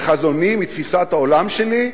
מחזוני, מתפיסת העולם שלי,